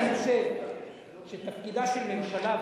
אני חושב שתפקידה של ממשלה,